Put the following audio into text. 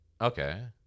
Okay